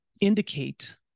indicate